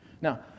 Now